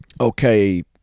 okay